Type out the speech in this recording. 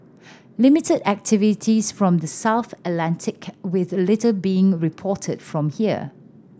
limited activities from the south Atlantic with little being reported from here